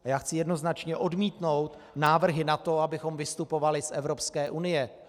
A já chci jednoznačně odmítnout návrhy na to, abychom vystupovali z Evropské unie.